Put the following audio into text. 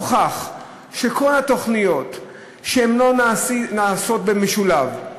הוכח שכל תוכנית שלא נעשית במשולב,